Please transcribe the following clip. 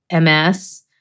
MS